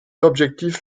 objectif